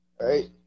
Right